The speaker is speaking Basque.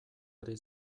ari